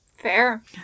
Fair